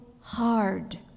hard